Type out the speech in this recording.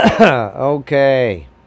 Okay